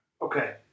Okay